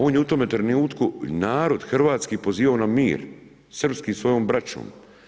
On je u tome trenutku narod hrvatski pozivao na mir, srpski svojom braćom.